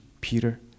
Peter